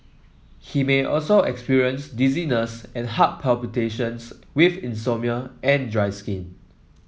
he may also experience dizziness and heart palpitations with insomnia and dry skin